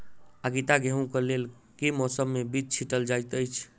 आगिता गेंहूँ कऽ लेल केँ मौसम मे बीज छिटल जाइत अछि?